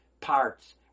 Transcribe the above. parts